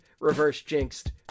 reverse-jinxed